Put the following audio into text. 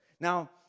Now